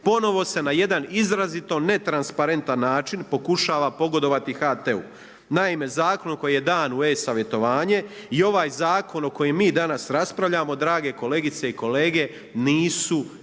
ponovo se na jedan izrazito netransparentan način pokušava pogodovati HT-u. Naime, zakon koji je dan u e-savjetovanje i ovaj zakon o kojem mi danas raspravljamo drage kolegice i kolege nisu